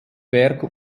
berg